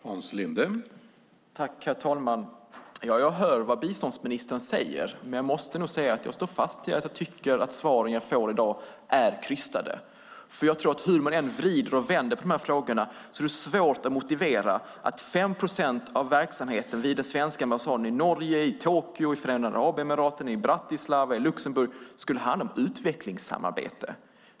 Herr talman! Jag hör vad biståndsministern säger, men måste nog säga att jag står fast vid att svaren jag får i dag är krystade. Hur man än vrider och vänder på de här frågorna är det svårt att motivera att 5 procent av verksamheten vid den svenska ambassaden i Norge, Tokyo, Förenade Arabemiraten, Bratislava eller Luxemburg skulle handla om utvecklingssamarbete.